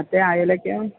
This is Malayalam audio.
മറ്റേ അയലക്കോ